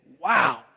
wow